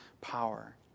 power